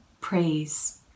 praise